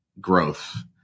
growth